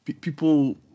people